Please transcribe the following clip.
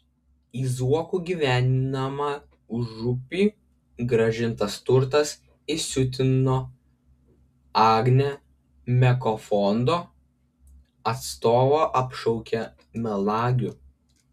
į zuokų gyvenamą užupį grąžintas turtas įsiutino agnę meko fondo atstovą apšaukė melagiu